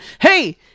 Hey